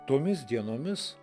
tomis dienomis